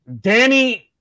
Danny